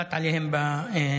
שהוחלט עליהם בממשלה,